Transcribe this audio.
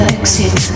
exit